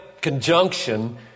conjunction